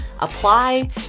apply